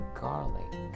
garlic